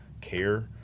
care